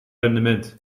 rendement